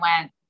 went